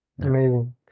amazing